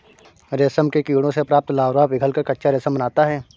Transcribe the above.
रेशम के कीड़ों से प्राप्त लार्वा पिघलकर कच्चा रेशम बनाता है